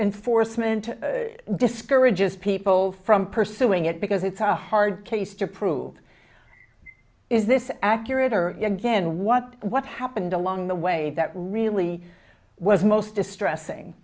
enforcement discourages people from pursuing it because it's a hard case to prove is this accurate or again what what happened along the way that really was most distressing